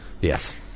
Yes